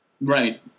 Right